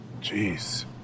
Jeez